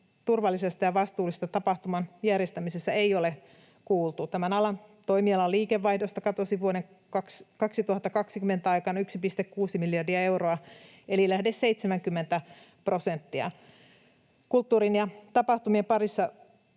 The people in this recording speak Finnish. turvallisesta ja vastuullisesta tapahtuman järjestämisestä ei ole kuultu. Tämän toimialan liikevaihdosta katosi vuoden 2020 aikana 1,6 miljardia euroa eli lähes 70 prosenttia. Kulttuurin ja tapahtumien parissa